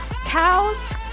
cows